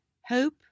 hope